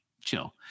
chill